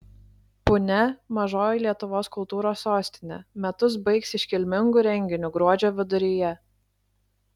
punia mažoji lietuvos kultūros sostinė metus baigs iškilmingu renginiu gruodžio viduryje